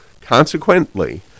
consequently